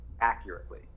accurately